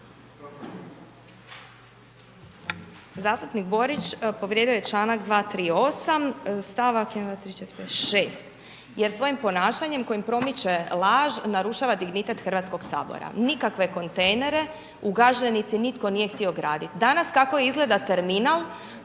Zastupnik Borić povrijedio je čl. 238. stavak 6. Jer svojim ponašanjem, kojim promiče laž, narušava dignitet Hrvatskog sabora, nikakve kontejnere, u Gaženici nitko nije htio graditi. Danas kako izgleda terminal,